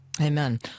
Amen